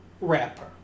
rapper